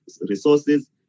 resources